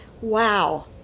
wow